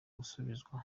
gusubizwa